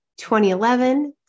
2011